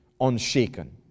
unshaken